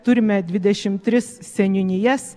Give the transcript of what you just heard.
turime dvidešim tris seniūnijas